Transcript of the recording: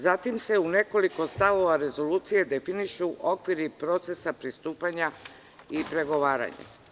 Zatim se u nekoliko stavova rezolucije definišu okviri procesa pristupanja i pregovaranja.